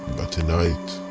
but tonight.